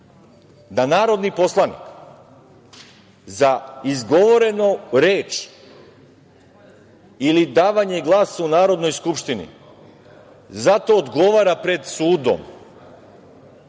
da narodni poslanik za izgovorenu reč ili davanje glasa u Narodnoj skupštini za to odgovara pred sudom?